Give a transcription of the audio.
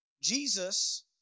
Jesus